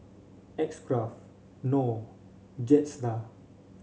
X Craft Knorr Jetstar